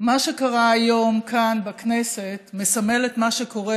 מה שקרה היום כאן בכנסת מסמל את מה שקורה,